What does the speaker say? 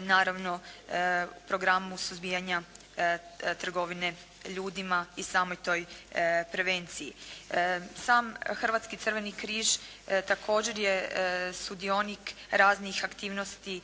naravno programu suzbijanja trgovine ljudima i samoj toj prevenciji. Sam Hrvatski crveni križ također je sudionik raznih aktivnosti